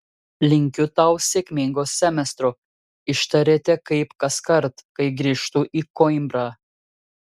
linkiu tau sėkmingo semestro ištarėte kaip kaskart kai grįžtu į koimbrą